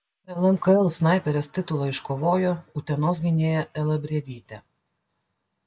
lmkl snaiperės titulą iškovojo utenos gynėja ela briedytė